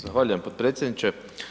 Zahvaljujem potpredsjedniče.